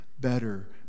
Better